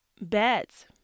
beds